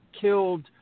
killed